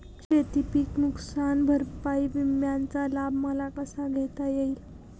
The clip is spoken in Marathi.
शेतीपीक नुकसान भरपाई विम्याचा लाभ मला कसा घेता येईल?